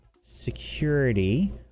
security